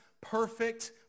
perfect